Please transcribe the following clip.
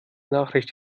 nachricht